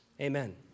Amen